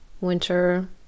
winter